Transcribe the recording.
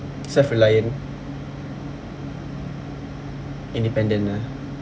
self-reliant independent ah